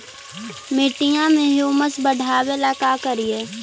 मिट्टियां में ह्यूमस बढ़ाबेला का करिए?